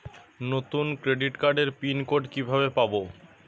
নতুন ক্রেডিট কার্ডের pin code কিভাবে পাব?